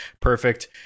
perfect